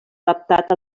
adaptat